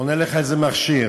עונה לך איזה מכשיר,